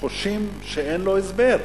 חושים שאין לה הסבר.